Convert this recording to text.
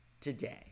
today